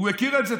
הוא מכיר את זה.